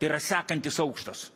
tai yra sekantis aukštas